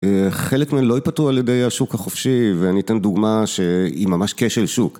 חלק מהם לא ייפתרו על ידי השוק החופשי ואני אתן דוגמה שהיא ממש כשל שוק